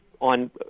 on